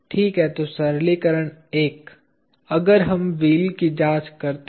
ठीक है तो सरलीकरण 1 अगर हम व्हील की जांच करते हैं